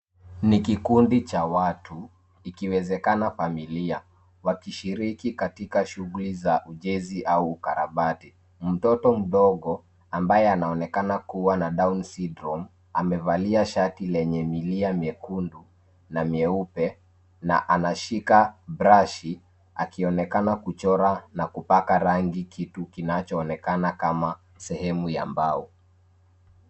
Ni kikundi cha watu, ikiwezeka familia, wakishiriki katika shughuli za ujenzi au ukarabati. Mtoto mdogo ambaye anaonekana kuwa na Down syndrome amevalia shati lenye milia myekundu na myeupe, na anashika brashi, akionekana kuchora na kupaka rangi kitu kinachoonekana kuwa sehemu ya mbao.